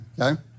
okay